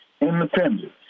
independent